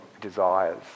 desires